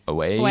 Away